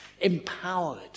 empowered